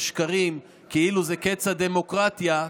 שקרים כאילו זה קץ הדמוקרטיה,